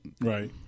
Right